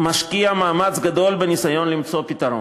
משקיע מאמץ גדול בניסיון למצוא פתרון.